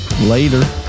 later